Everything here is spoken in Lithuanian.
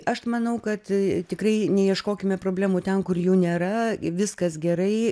aš manau kad tikrai neieškokime problemų ten kur jų nėra viskas gerai